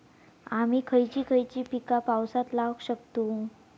आम्ही खयची खयची पीका पावसात लावक शकतु?